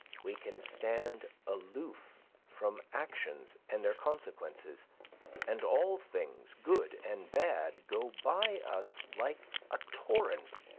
we can stand aloof from actions and their consequences and all things, good and bad, go by us like a torrent.